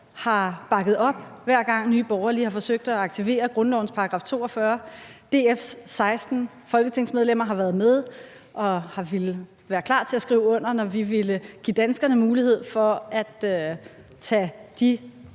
har bakket op, hver gang Nye Borgerlige har forsøgt at aktivere grundlovens § 42. DF's 16 folketingsmedlemmer har været med og har villet være klar til at skrive under, når vi ville give danskerne mulighed for at tage de